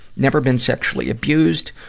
never been sexually abused,